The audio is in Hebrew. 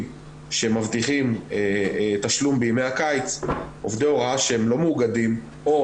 שמבטיחים תשלום בימי הקיץ עובדי הוראה שהם לא מאוגדים או